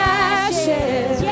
ashes